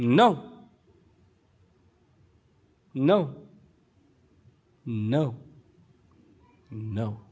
no no no no